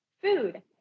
Food